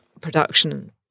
production